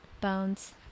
Bones